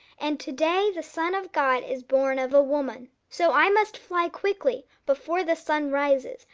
and to-day the son of god is born of a woman. so i must fly quickly, before the sun rises,